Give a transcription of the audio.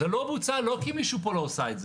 זה לא בוצע לא כי מישהו פה לא עשה את זה,